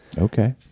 Okay